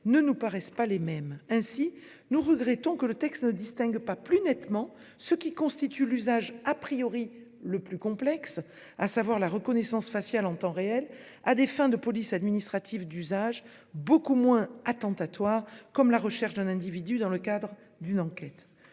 ne nous semblent pas correspondre. Ainsi, nous regrettons que les auteurs ne distinguent pas plus nettement l'usage le plus complexe, à savoir la reconnaissance faciale en temps réel à des fins de police administrative, d'autres usages beaucoup moins attentatoires comme la recherche d'un individu dans le cadre d'une enquête.